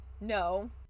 No